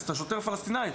את השוטר הפלסטינאי,